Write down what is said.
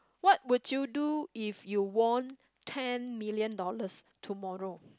what would you do if you won ten million dollars tomorrow